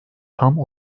tam